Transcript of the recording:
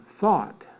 thought